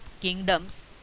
kingdoms